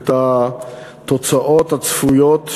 את התוצאות הצפויות,